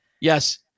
Yes